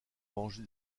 rangée